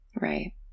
Right